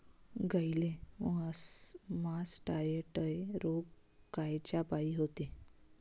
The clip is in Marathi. गाईले मासटायटय रोग कायच्यापाई होते?